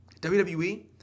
WWE